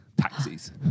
Taxis